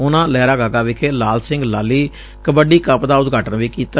ਉਨੂਂ ਲਹਿਰਾਗਾਗਾ ਵਿਖੇ ਲਾਲ ਸਿੰਘ ਲਾਲੀ ਕਬੱਡੀ ਕੱਪ ਦਾ ਉਦਘਾਟਨ ਵੀ ਕੀਤਾ